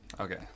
okay